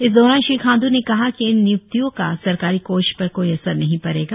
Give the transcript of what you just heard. इस दौरान श्री खाण्ड् ने कहा कि इन निय्क्तियों का सरकारी कोष पर कोई असर नहीं पड़ेगा